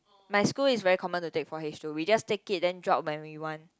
my school is very common to take four H-two we just take it then drop when we want